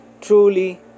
Truly